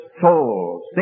soul